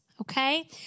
Okay